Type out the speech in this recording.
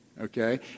Okay